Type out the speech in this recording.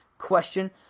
Question